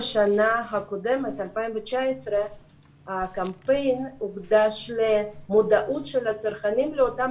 בשנת 2019 הקמפיין הוקדש למודעות של הצרכנים לאותם